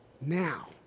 Now